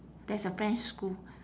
there's a french school